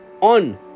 on